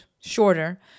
shorter